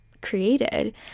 created